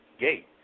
gate